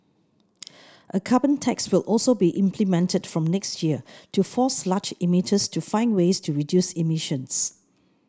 a carbon tax will also be implemented from next year to force large emitters to find ways to reduce emissions